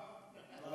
אבל